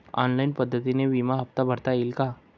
Online पद्धतीने विमा हफ्ता भरता येईल का?